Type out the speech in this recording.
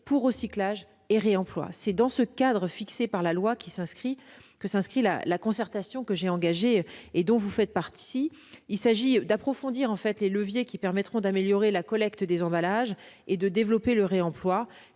pour le recyclage et le réemploi. C'est dans ce cadre fixé par la loi que s'inscrit la concertation que j'ai engagée et dont vous êtes partie prenante. Il s'agit d'approfondir les leviers qui permettront d'améliorer la collecte des emballages et de développer le réemploi.